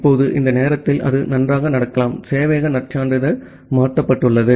இப்போது இந்த நேரத்தில் அது நன்றாக நடக்கலாம் சேவையக நற்சான்றிதழ் மாற்றப்பட்டுள்ளது